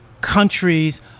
countries